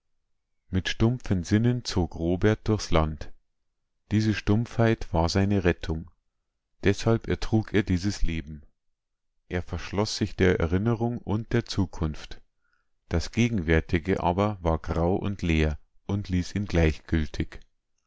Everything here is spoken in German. mit stumpfen sinnen zog robert durchs land diese stumpfheit war seine rettung deshalb ertrug er dieses leben er verschloß sich der erinnerung und der zukunft das gegenwärtige aber war grau und leer und ließ ihn gleichgültig